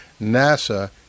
NASA